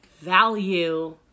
Value